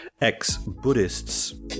ex-Buddhists